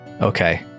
okay